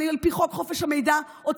אני על פי חוק חופש המידע הוצאתי,